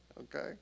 okay